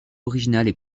originales